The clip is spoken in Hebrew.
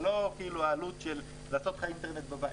זאת לא העלות לאינטרנט בבית.